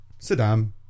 Saddam